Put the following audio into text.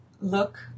look